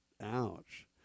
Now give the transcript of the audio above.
Ouch